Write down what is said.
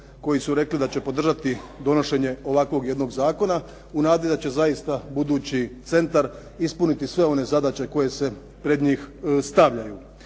koji su rekli da će podržati donošenje ovakvog jednog zakona u nadi da će zaista budući centar ispuniti sve one zadaće koje se pred njih stavljaju.